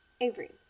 Avery